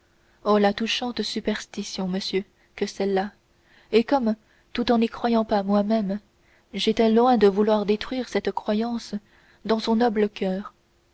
oh la touchante superstition monsieur que celle-là et comme tout en n'y croyant pas moi-même j'étais loin de vouloir détruire cette croyance dans son noble coeur